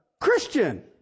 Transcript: Christian